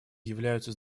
являются